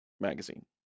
magazine